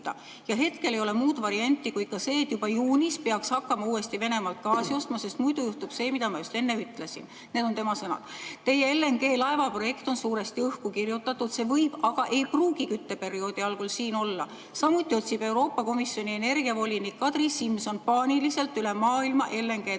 Hetkel ei ole muud varianti kui see, et juba juunis peaks hakkama uuesti Venemaalt gaasi ostma, sest muidu juhtub see, mida ma just enne ütlesin. Need on tema sõnad. Teie LNG-laeva projekt on suuresti õhku kirjutatud. See võib, aga ei pruugi kütteperioodi alguseks siin olla. Samuti otsib Euroopa Komisjoni energiavolinik Kadri Simson paaniliselt üle maailma LNG‑tarnijaid,